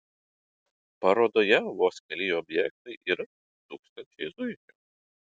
parodoje vos keli objektai ir tūkstančiai zuikių